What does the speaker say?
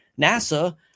NASA